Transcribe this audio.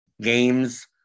games